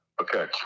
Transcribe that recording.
Okay